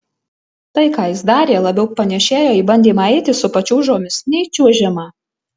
tai ką jis darė labiau panėšėjo į bandymą eiti su pačiūžomis nei čiuožimą